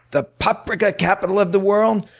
the paprika capital of the world?